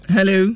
Hello